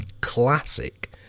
Classic